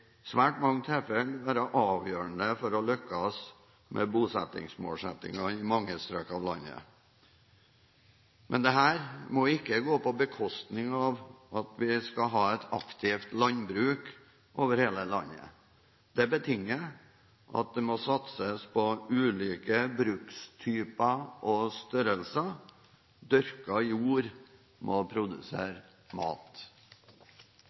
svært mange tilfeller være avgjørende for å lykkes med bosettingsmålsettingen i mange strøk av landet. Men dette må ikke gå på bekostning av – som vi skal ha – et aktivt landbruk over hele landet. Det betinger at det må satses på ulike brukstyper og -størrelser. Dyrka jord må produsere mat.